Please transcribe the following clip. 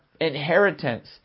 inheritance